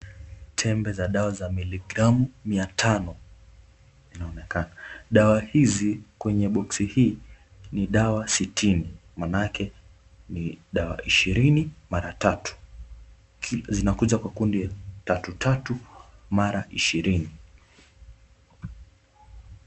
Tembe za dawa za milligramu mia tano zinaonekana, dawa hizi kwenye boxi hii ni dawa sitini maanake ni ishirini mara tatu, zinakuja kwa kundi tatu tatu mara ishirini.